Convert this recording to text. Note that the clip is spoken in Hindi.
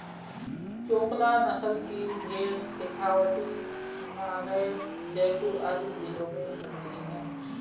चोकला नस्ल की भेंड़ शेखावटी, नागैर, जयपुर आदि जिलों में मिलती हैं